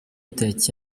tariki